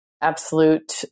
absolute